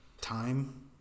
Time